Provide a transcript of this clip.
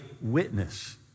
witness